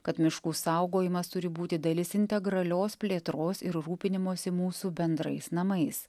kad miškų saugojimas turi būti dalis integralios plėtros ir rūpinimosi mūsų bendrais namais